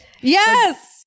Yes